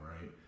right